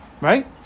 Right